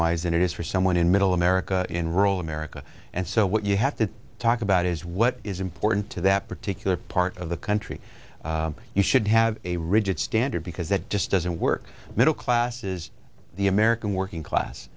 wise and it is for someone in middle america in rural america and so what you have to talk about is what is important to that particular part of the country you should have a rigid standard because that just doesn't work middle classes the american working class